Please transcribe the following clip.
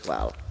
Hvala.